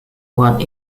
what